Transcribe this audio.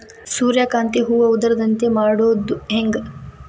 ಸೂರ್ಯಕಾಂತಿ ಹೂವ ಉದರದಂತೆ ಮಾಡುದ ಹೆಂಗ್?